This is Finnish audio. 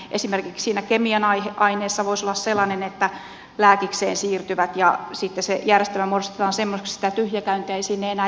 esimerkiksi siinä kemian aineessa voisi olla sellainen että on nämä lääkikseen siirtyvät ja se järjestelmä muodostetaan semmoiseksi että sitä tyhjäkäyntiä ei sinne enää jääkään